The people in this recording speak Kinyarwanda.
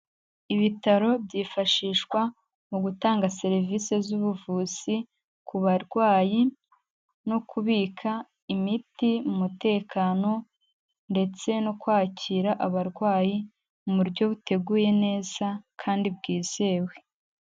Ibitaro byifashishwa mu gutanga serivisi z'ubuvuzi ku barwayi no kubika imiti mu mutekano ndetse no kwakira abarwayi mu buryo buteguye neza kandi bwizewe.